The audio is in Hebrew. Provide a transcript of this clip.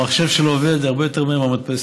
המחשב שלו עובד הרבה יותר מהר מהמדפסת.